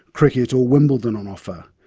cricket or wimbledon on offer?